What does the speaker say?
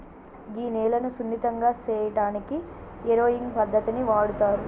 గీ నేలను సున్నితంగా సేయటానికి ఏరోయింగ్ పద్దతిని వాడుతారు